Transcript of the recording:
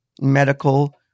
medical